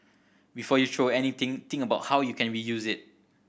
before you throw anything think about how you can reuse it